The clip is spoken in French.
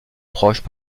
proches